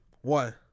One